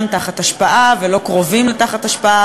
תחת השפעה ולא קרובים להיות תחת השפעה,